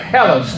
Hello